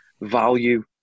value